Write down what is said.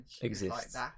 exists